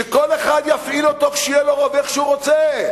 שכל אחד יפעיל אותו כשיהיה לו רוב איך שהוא רוצה.